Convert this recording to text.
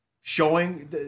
showing